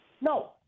No